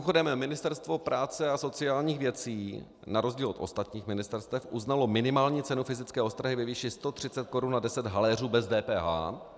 Mimochodem, Ministerstvo práce a sociálních věcí na rozdíl od ostatních ministerstev uznalo minimální cenu fyzické ostrahy ve výši 130 korun a 10 haléřů bez DPH.